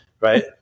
right